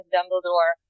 Dumbledore